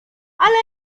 ale